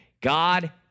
God